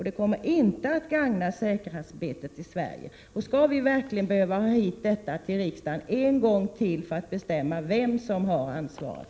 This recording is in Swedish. Det kommer inte att gagna säkerhetsarbetet i Sverige. Skall vi verkligen en gång till behöva få hit frågan till riksdagen för avgörande av vem som skall ha ansvaret?